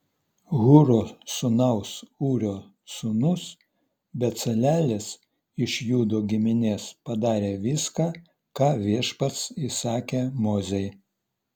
hūro sūnaus ūrio sūnus becalelis iš judo giminės padarė viską ką viešpats įsakė mozei